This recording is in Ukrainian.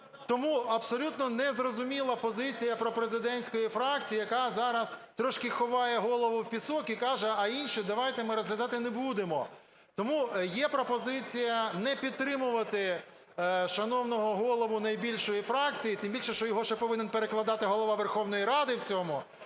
Тому абсолютно незрозуміла позиція пропрезидентської фракції, яка зараз трошки ховає голову в пісок і каже: "А інші давайте ми розглядати не будемо". Тому є пропозиція не підтримувати шановного голову найбільшої фракції, тим більше, що його ще повинен перекладати Голова Верховної Ради, в цьому,